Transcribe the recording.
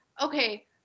okay